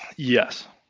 yes.